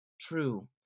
true